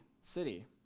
city